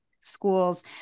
schools